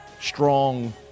Strong